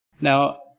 Now